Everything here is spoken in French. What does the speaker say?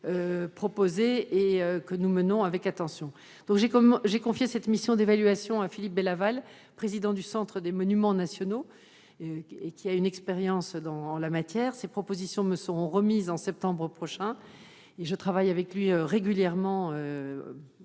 proposée ; nous la menons avec attention. J'ai confié cette mission d'évaluation à Philippe Bélaval, président du Centre des monuments nationaux, qui a une expérience en la matière. Ses propositions me seront remises en septembre prochain. Je travaille avec lui hebdomadairement